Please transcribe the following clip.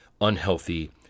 unhealthy